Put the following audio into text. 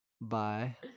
bye